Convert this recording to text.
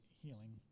healing